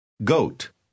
Goat